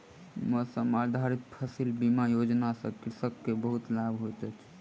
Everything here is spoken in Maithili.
मौसम आधारित फसिल बीमा योजना सॅ कृषक के बहुत लाभ होइत अछि